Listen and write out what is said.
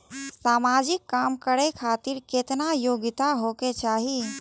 समाजिक काम करें खातिर केतना योग्यता होके चाही?